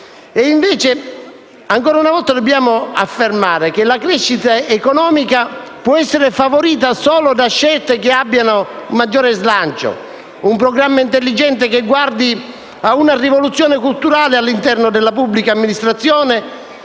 fatto? Ancora una volta dobbiamo affermare che la crescita economica può essere favorita solo da scelte che diano maggiore slancio e da un programma intelligente che guardi ad una rivoluzione culturale all'interno della pubblica amministrazione,